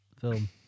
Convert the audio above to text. film